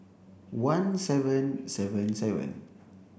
one seven seven seven